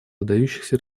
выдающихся